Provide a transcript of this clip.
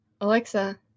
Alexa